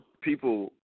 people